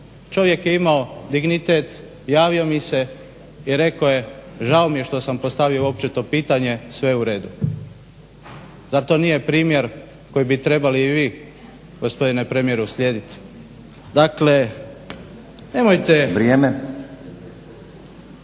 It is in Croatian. čovjek je imao dignitet javio mi se i rekao je žao mi je što sam postavio uopće to pitanje, sve je u redu. Zar to nije primjer koji bi trebali i vi gospodine premijeru slijediti, dakle, nemojte.